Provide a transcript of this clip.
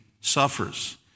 suffers